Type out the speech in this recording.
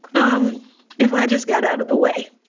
um if i just got out of the way,